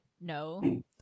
no